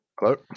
Hello